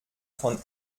von